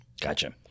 gotcha